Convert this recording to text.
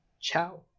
Ciao